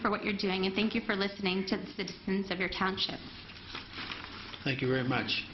for what you're doing and thank you for listening to this the distance of your township thank you very much